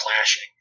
clashing